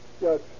yes